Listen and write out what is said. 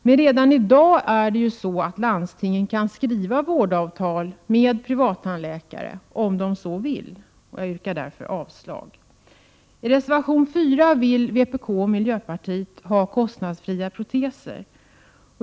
Men redan i dag kan landstingen skriva vårdavtal med privattandläkare om de så vill. Jag yrkar därför avslag på reservationen. I reservation 4 föreslår vpk och miljöpartiet kostnadsfria proteser.